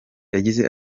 yagize